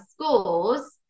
scores